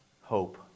hope